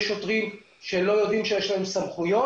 יש שוטרים שלא יודעים שיש להם סמכויות,